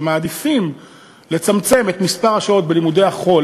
שמעדיפים לצמצם את מספר השעות בלימודי החול,